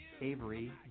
Avery